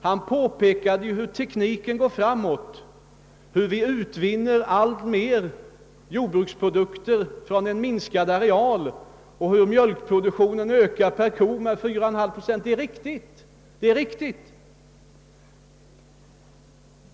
Han pekade på att tekniken går framåt, så att vi kan utvinna alltmer jordbruksprodukter på en minskad areal, och att mjölkproduktionen per ko ökar med cirka 4,5 pro cent. Det är riktigt.